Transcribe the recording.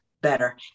better